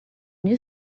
new